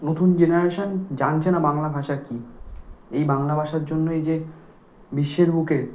নতুন জেনারেশান জানছে না বাংলা ভাষা কি এই বাংলা ভাষার জন্যই যে বিশ্বের বুকে